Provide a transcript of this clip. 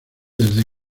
desde